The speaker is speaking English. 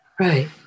Right